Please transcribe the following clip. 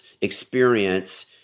experience